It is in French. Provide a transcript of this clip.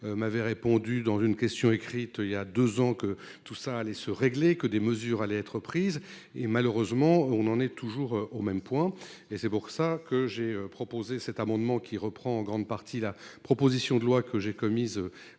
m'avait répondu dans une question écrite il y a 2 ans que tout ça allait se régler que des mesures allaient être prises et malheureusement on en est toujours au même point et c'est pour ça que j'ai proposé cet amendement qui reprend en grande partie la proposition de loi que j'ai commise.